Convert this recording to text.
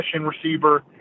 receiver